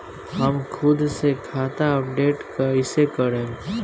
हम खुद से खाता अपडेट कइसे करब?